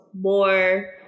more